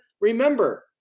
remember